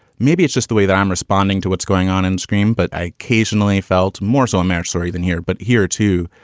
maybe it's just the way that i'm responding to what's going on on and screen. but i occasionally felt more so matsuri than here. but here, too,